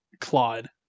Claude